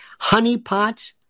Honeypots